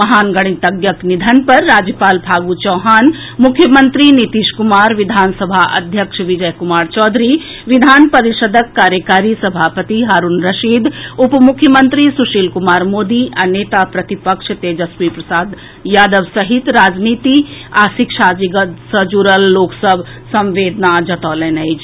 महान गणितज्ञ के निधन पर राज्यपाल फागु चौहान मुख्यमंत्री नीतीश कुमार विधानसभा अध्यक्ष विजय कुमार चौधरी विधान परिषद्क कार्यकारी सभापति हारूण रशीद उप मुख्यमंत्री सुशील कुमार मोदी आ नेता प्रतिपक्ष तेजस्वी प्रसाद यादव सहित राजनीति आ शिक्षा जगत सॅ जुड़ल लोक सभ संवेदना जतौलनि अछि